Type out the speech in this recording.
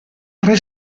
tre